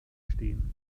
stehen